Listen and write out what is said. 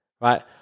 right